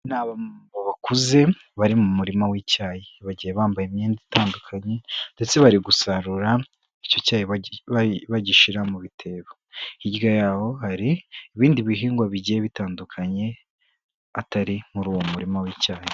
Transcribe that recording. Ni abamama bakuze bari mu murima w'icyayi, bagiye bambaye imyenda itandukanye ndetse bari gusarura icyo cyayi bagishyira mu bitebo, hirya yaho hari ibindi bihingwa bigiye bitandukanye atari muri uwo murimo w'icyayi.